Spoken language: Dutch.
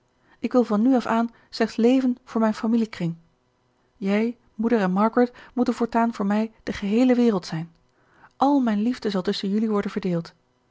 ik wil van nu af aan slechts leven voor mijn familiekring jij moeder en margaret moeten voortaan voor mij de geheele wereld zijn al mijn liefde zal tusschen jelui worden verdeeld